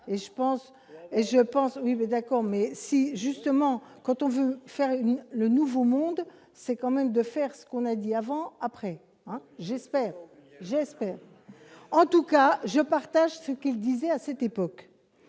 et je pense oui mais d'accord mais si justement, quand on veut faire une le Nouveau Monde, c'est quand même de faire ce qu'on a dit avant, après, j'espère, j'espère en tout cas je partage ce qu'il disait à cette époque,